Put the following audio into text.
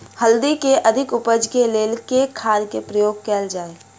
हल्दी केँ अधिक उपज केँ लेल केँ खाद केँ प्रयोग कैल जाय?